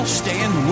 stand